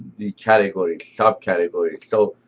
the category, sub-categories. so